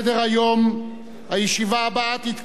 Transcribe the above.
הישיבה הבאה תתקיים ביום שני,